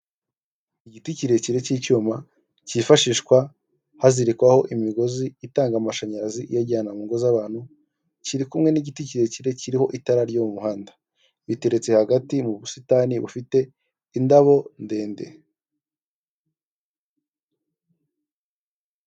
Igiti kirekire k'icyuma kifashishwa hazirikwaho imigozi itanga amashanyarazi iyajyana mu ngo z'abantu, kiri kumwe n'igiti kirekire kiriho itara ryo muri uwo muhanda, biteretse hagati mu busitani bufite indabo ndende.